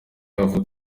yavutse